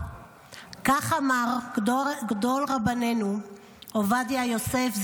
כך אמר גדול רבנינו עובדיה יוסף,